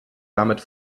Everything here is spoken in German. damit